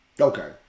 Okay